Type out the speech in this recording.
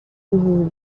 uses